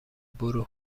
برو